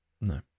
No